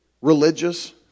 religious